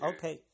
Okay